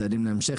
הצעדים להמשך,